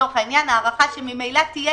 הארכה שממילא תהיה,